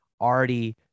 already